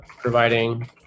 providing